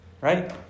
Right